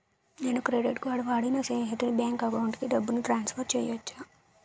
నేను credit card వాడి నా స్నేహితుని బ్యాంక్ అకౌంట్ కి డబ్బును ట్రాన్సఫర్ చేయచ్చా?